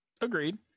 Agreed